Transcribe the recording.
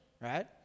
right